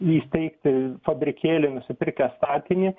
įsteigti fabrikėlį nusipirkęs statinį